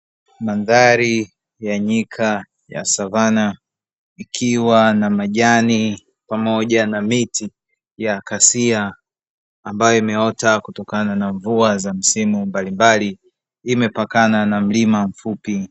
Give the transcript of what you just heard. Mandhari ya nyika ya savana ikiwa na majani pamoja na miti ya kasia, ambayo imeota kutokana na mvua za msimu mbalimbali imepakana na mlima mfupi.